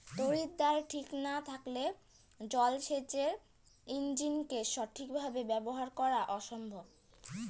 তড়িৎদ্বার ঠিক না থাকলে জল সেচের ইণ্জিনকে সঠিক ভাবে ব্যবহার করা অসম্ভব